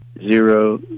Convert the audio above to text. zero